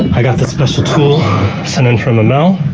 i got this special tool sent in from the mail,